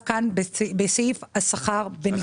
בסעיף השכר בנפרד.